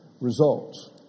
Results